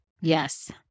Yes